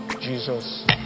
Jesus